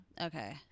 Okay